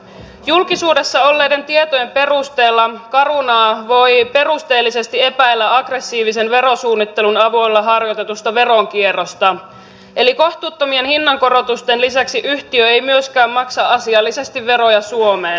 julkisuudessa olleiden tietojen perusteella carunaa voi perustellusti epäillä aggressiivisen verosuunnittelun avulla harjoitetusta veronkierrosta eli kohtuuttomien hinnankorotusten lisäksi yhtiö ei myöskään maksa asiallisesti veroja suomeen